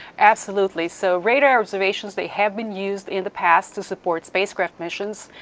absolutely, so radar observations, they have been used in the past to support space craft missions.